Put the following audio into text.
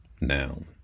noun